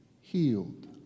healed